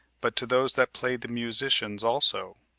but to those that played the musicians also,